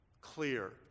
clear